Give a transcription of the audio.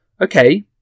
Okay